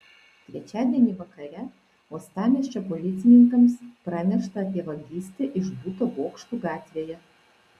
trečiadienį vakare uostamiesčio policininkams pranešta apie vagystę iš buto bokštų gatvėje